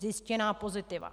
Zjištěná pozitiva.